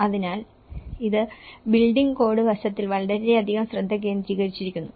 അതിനാൽ ഇത് building code വശത്തിൽ വളരെയധികം ശ്രദ്ധ കേന്ദ്രീകരിക്കുന്നു